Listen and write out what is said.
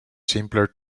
simpler